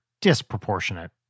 disproportionate